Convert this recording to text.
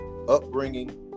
upbringing